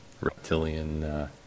reptilian